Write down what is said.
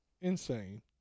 insane